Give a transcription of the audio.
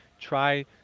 try